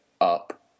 up